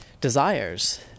desires